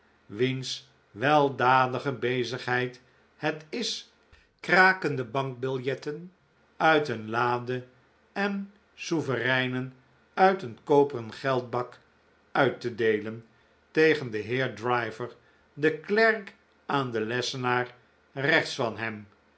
wiens weldadige bezigheid het is krakende bankbiljetten uit een lade en souvereinen uit een koperen geldbak uit te deelen tegen den heer driver den klerk aan den lessenaar rechts van hem